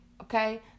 Okay